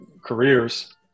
careers